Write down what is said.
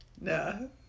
No